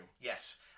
yes